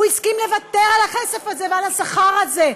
הוא הסכים לוותר על הכסף הזה ועל השכר הזה,